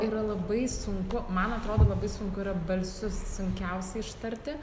yra labai sunku man atrodo labai sunku yra balsius sunkiausia ištarti